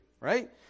Right